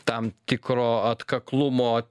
tam tikro atkaklumo